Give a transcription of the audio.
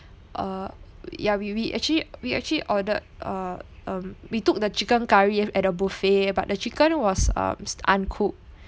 uh yeah we we actually we actually ordered uh um we took the chicken curry at the buffet but the chicken was um uncooked